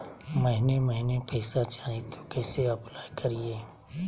महीने महीने पैसा चाही, तो कैसे अप्लाई करिए?